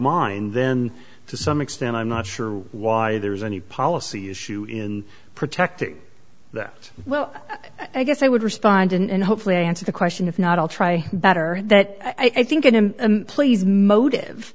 mind then to some extent i'm not sure why there is any policy issue in protecting that well i guess i would respond and hopefully answer the question if not i'll try better that i think him please motive